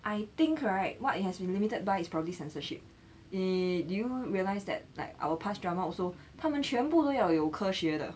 I think right what it has been limited by its probably censorship eh did you realise that like our past drama also 他们全部都要有科学的